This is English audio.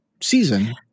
season